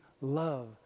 love